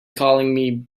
calling